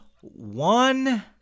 one